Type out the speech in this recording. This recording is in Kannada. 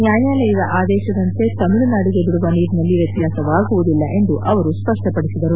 ನ್ವಾಯಾಲಯದ ಆದೇಶದಂತೆ ತಮಿಳುನಾಡಿಗೆ ಬಿಡುವ ನೀರಿನಲ್ಲಿ ವ್ಣತ್ತಾಸವಾಗುವುದಿಲ್ಲ ಎಂದು ಅವರು ಸ್ಪಷ್ಪಪಡಿಸಿದರು